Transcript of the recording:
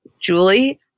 Julie